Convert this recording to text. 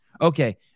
Okay